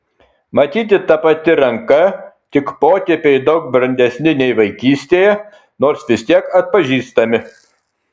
matyti ta pati ranka tik potėpiai daug brandesni nei vaikystėje nors vis tiek atpažįstami